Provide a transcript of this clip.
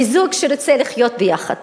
מזוג שרוצה לחיות ביחד?